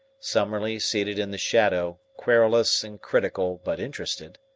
summerlee seated in the shadow, querulous and critical but interested,